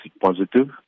positive